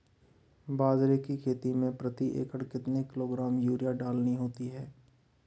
बाजरे की खेती में प्रति एकड़ कितने किलोग्राम यूरिया डालनी होती है?